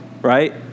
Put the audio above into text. right